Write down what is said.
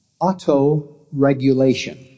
auto-regulation